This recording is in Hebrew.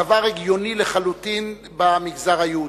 הדבר הגיוני לחלוטין במגזר היהודי.